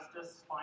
justice